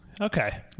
okay